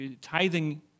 Tithing